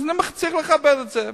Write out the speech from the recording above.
אז אני מציע לכבד את זה,